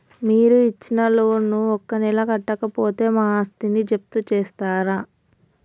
మీరు ఇచ్చిన లోన్ ను ఒక నెల కట్టకపోతే మా ఆస్తిని జప్తు చేస్తరా?